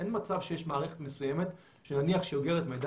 כדי שלא יקרה מצב שחס וחלילה נעשה שימוש בדברים שלא למטרה הזאת.